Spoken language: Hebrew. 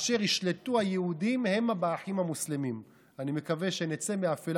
אשר ישלטו היהודים המה באחים המוסלמים.